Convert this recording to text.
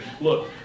look